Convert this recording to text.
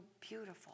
beautiful